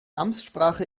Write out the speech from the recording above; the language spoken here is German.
amtssprache